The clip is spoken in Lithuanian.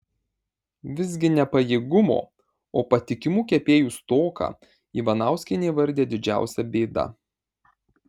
visgi ne pajėgumo o patikimų kepėjų stoką ivanauskienė įvardija didžiausia bėda